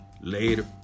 Later